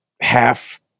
half-